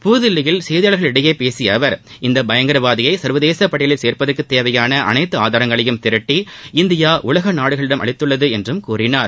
புதுதில்லியில் செய்தியாளர்களிடையே பேசிய அவர் இந்த பயங்கரவாதியை சர்வதேச பட்டியலில் சேர்ப்பதற்குத் தேவையான அனைத்து ஆதாரங்களையும் திரட்டி இந்தியா உலக நாடுகளிடம் அளித்துள்ளது என்று கூறினார்